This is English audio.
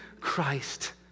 Christ